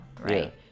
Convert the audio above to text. right